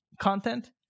content